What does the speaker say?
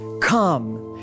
come